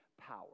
power